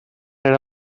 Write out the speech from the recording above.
era